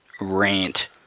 rant